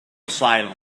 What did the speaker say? asylum